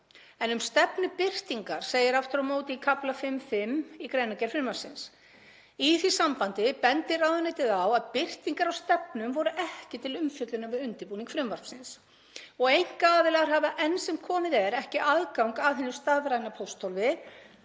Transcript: Um stefnubirtingar segir aftur á móti í kafla 5.5. í greinargerð frumvarpsins: „Í því sambandi bendir ráðuneytið á að birtingar á stefnum voru ekki til umfjöllunar við undirbúning frumvarpsins og einkaaðilar hafa enn sem komið er ekki aðgang að hinu stafræna pósthólfi.